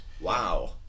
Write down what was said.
Wow